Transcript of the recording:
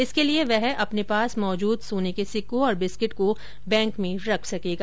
इसके लिए वह अपने पास मौजूद सोने के सिक्कों और बिस्किट को बैंक में रख सकेगा